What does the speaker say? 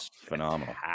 Phenomenal